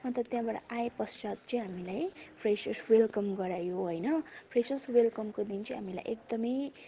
अन्त त्यहाँबाट आए पश्चात चाहिँ हामीलाई फ्रेसर्स वेल्कम गरायो होइन फ्रेसर्स वेल्कमको दिन चाहिँ हामीलाई एकदमै